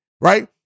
right